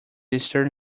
eastern